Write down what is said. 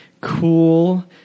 Cool